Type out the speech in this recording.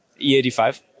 E85